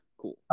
cool